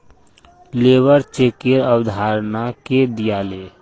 labour चेकेर अवधारणा के दीयाले